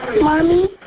Mommy